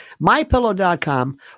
MyPillow.com